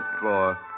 floor